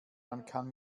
kann